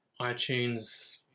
iTunes